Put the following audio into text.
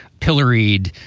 pilloried,